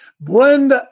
Blend